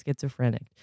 schizophrenic